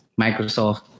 microsoft